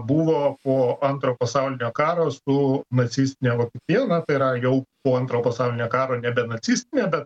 buvo po antro pasaulinio karo su nacistine vokietija tai yra jau po antro pasaulinio karo nebe nacistine bet